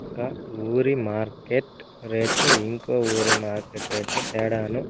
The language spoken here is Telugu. ఒక ఊరి మార్కెట్ రేట్లు ఇంకో ఊరి మార్కెట్ రేట్లు తేడాను